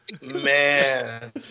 man